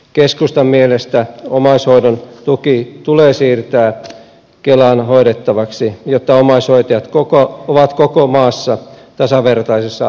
keskustan mielestä omaishoidon tuki tulee siirtää kelan hoidettavaksi jotta omaishoitajat ovat koko maassa tasavertaisessa asemassa